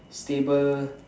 stable